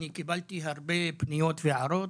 אני קיבלתי הרבה פניות והערות,